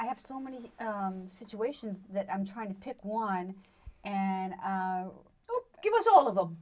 i have so many situations that i'm trying to pick one and go give us all of them